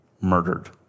murdered